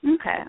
Okay